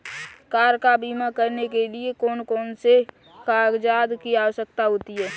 Car का बीमा करने के लिए कौन कौन से कागजात की आवश्यकता होती है?